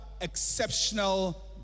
exceptional